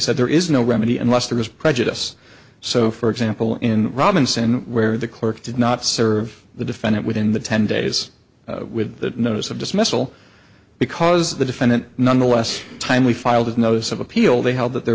said there is no remedy unless there is prejudice so for example in robinson where the clerk did not serve the defendant within the ten days with the notice of dismissal because the defendant nonetheless timely filed a notice of appeal they held that there